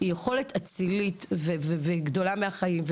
זו יכולת אצילית וגדולה מהחיים.